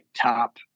top